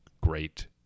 great